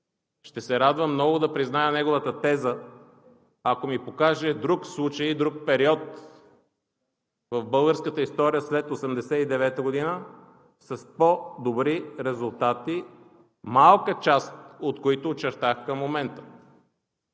ще се радвам много да призная неговата теза, ако ми покаже друг случай и друг период в българската история след 1989 г. с по-добри резултати, малка част от които очертах към момента.